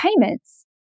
payments